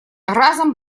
разом